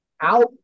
out